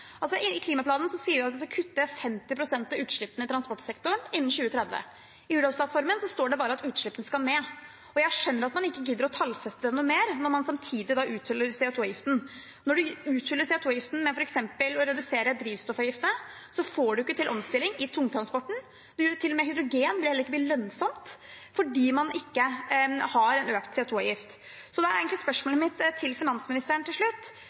innen 2030. I Hurdalsplattformen står det bare at utslippene skal ned. Jeg skjønner at man ikke gidder å tallfeste det noe mer, når man samtidig uthuler CO 2 -avgiften. Når man uthuler CO 2 -avgiften ved f.eks. å redusere drivstoffavgiftene, får man ikke til omstilling i tungtransporten. Til og med hydrogen vil heller ikke bli lønnsomt fordi man ikke har en økt CO 2 -avgift. Da er spørsmålet mitt til finansministeren til slutt: